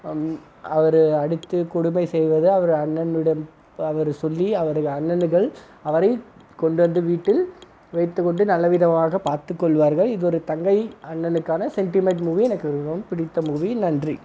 அவர் அடித்து கொடுமை செய்வது அவர் அண்ணனிடம் அவர் சொல்லி அவர் அண்ணனுகள் அவரை கொண்டு வந்து வீட்டில் வைத்துக்கொண்டு நல்ல விதமாக பார்த்து கொள்வார்கள் இது ஒரு தங்கை அண்ணனுக்கான செண்டிமெண்ட் மூவி எனக்கு மிகவும் பிடித்த மூவி நன்றி